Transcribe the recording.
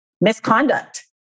misconduct